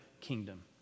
kingdom